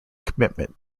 commitment